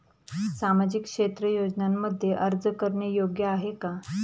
सामाजिक क्षेत्र योजनांमध्ये अर्ज करणे योग्य आहे का?